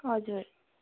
हजुर